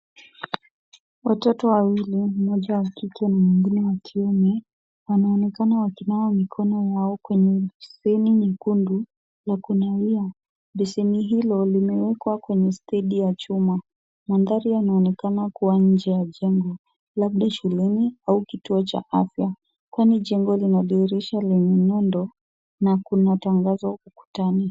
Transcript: Watoto wawili, mmoja wa kike na mwingine wa kiume wanaonekana wakinawa mikono yao kwenye beseni nyekundu ya kunawia. Beseni hilo limewekwa kwenye stendi ya chuma. Mandhari yanaonekana kuwa nje ya jengo labda shuleni au kituo cha afya. Kwani jengo lina dirisha lenye nundo na kuna tangazo ukutani.